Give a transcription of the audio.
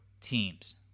teams